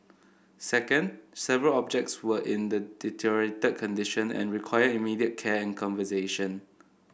second several objects were in the deteriorated condition and required immediate care and conservation